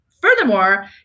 furthermore